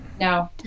No